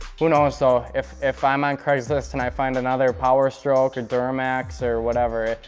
who knows though if if i'm on craigslist and i find another powerstroke, or duramax, or whatever.